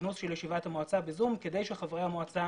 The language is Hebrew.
הכינוס של ישיבת המועצה ב-זום כדי שחברי המועצה